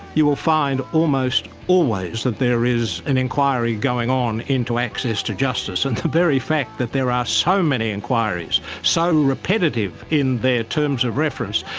you will find almost always that there is an inquiry going on into access to justice. and the very fact that there are so many inquiries, so repetitive in their terms of reference,